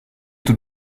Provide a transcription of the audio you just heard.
tout